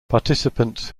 participants